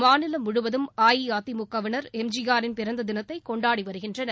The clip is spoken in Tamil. மாநிலம் முழுவதும் அஇஅதிமுகவினர் எம்ஜிஆரின் பிறந்த தினத்தை கொண்டாடி வருகின்றனர்